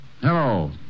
Hello